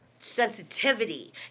sensitivity